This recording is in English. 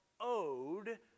owed